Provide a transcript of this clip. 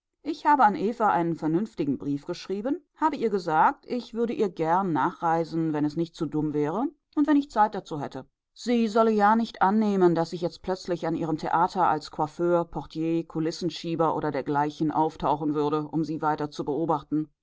ich habe an eva einen vernünftigen brief geschrieben habe ihr gesagt ich würde ihr gern nachreisen wenn es nicht zu dumm wäre und wenn ich zeit dazu hätte sie solle ja nicht annehmen daß ich jetzt plötzlich an ihrem theater als coiffeur portier kulissenschieber oder dergleichen auftauchen würde um sie weiter zu beobachten